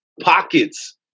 pockets